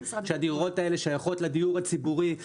על הדיון ולהודות לחברי הכנסת על ההתגייסות.